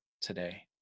today